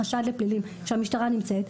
חשד לפלילים שהמשטרה נמצאת,